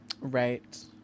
right